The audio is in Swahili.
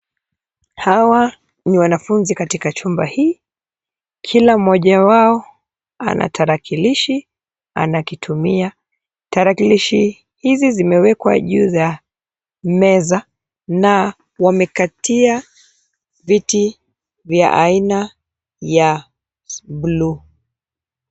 Hawa ni wanafunzi katika chumba hii, kila mmoja wao ana tarakilishi anakitumia. Tarakilishi hizi zimewekwa juu za meza na wamekatia viti vya aina ya buluu.